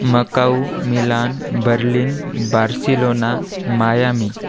Macau Milan Berlin Barcelona Miami